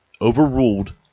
overruled